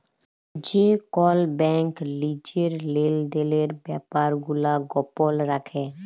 যে কল ব্যাংক লিজের লেলদেলের ব্যাপার গুলা গপল রাখে